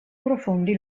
profondi